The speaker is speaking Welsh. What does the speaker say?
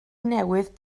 newydd